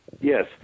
Yes